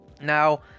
Now